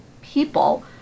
people